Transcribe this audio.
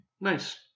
Nice